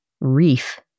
reef